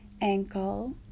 ankle